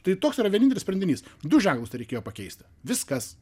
tai toks yra vienintelis sprendinys du ženklus tereikėjo pakeisti viskas